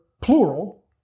plural